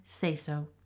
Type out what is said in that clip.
say-so